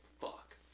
fuck